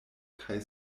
kaj